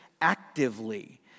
actively